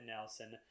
nelson